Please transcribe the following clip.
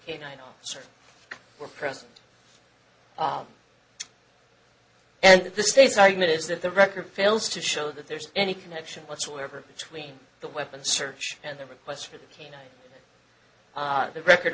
canine officer were present and the state's argument is that the record fails to show that there's any connection whatsoever between the weapons search and the requests for the canine the record